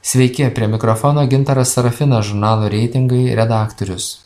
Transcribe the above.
sveiki prie mikrofono gintaras serafinas žurnalo reitingai redaktorius